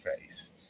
face